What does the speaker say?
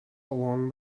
along